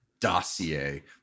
dossier